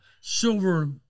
silver